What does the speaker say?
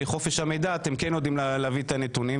מחופש המידע אתם כן יודעים להביא את הנתונים,